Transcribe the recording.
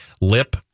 Lip